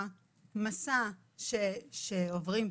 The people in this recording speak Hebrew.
על המצוקה של בתי החולים הפסיכיאטרים,